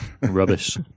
Rubbish